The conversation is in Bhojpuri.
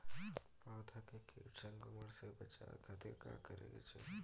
पौधा के कीट संक्रमण से बचावे खातिर का करे के चाहीं?